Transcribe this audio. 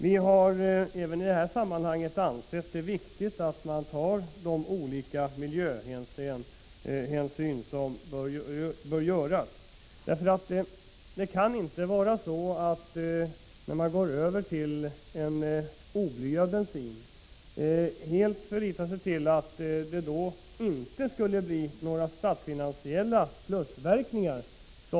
Vi har även i detta sammanhang ansett det viktigt att man tar de olika miljöhänsyn som bör tas. Man kan inte utan vidare utgå från att en övergång till blyfri bensin, som utskottet tydligen anser inte skulle få några positiva statsfinansiella verkningar.